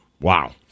wow